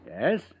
Yes